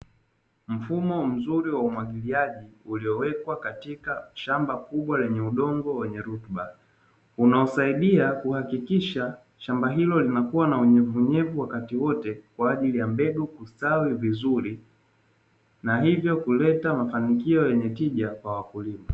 Mfumo mzuri wa umwagiliaji uliowekwa katika shamba kubwa lenye rutuba inasaidia shamba hilo kuwa na unyevunyevu wakati wote, kwa ajili ya mbegu kustawi vizuri hivyo kuleta mafanikio yenye tija kwa wakulima.